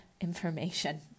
information